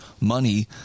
money